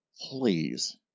Please